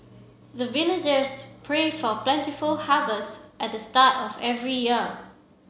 the villagers pray for plentiful harvest at the start of every year